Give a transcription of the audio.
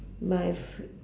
my fav~